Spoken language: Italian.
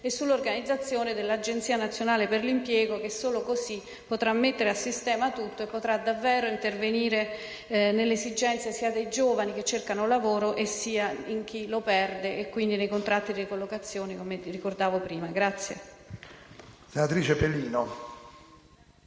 e sull'organizzazione dell'Agenzia nazionale per l'impiego, che potrà mettere a sistema tutto e potrà davvero intervenire per le esigenze dei giovani che cercano lavoro e per chi lo perde con i contratti di collocazione, come ricordavo prima.